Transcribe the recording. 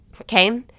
Okay